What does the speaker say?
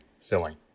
filling